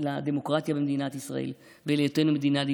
לדמוקרטיה במדינת ישראל ולהיותנו מדינה ליברלית.